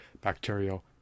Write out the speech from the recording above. bacterial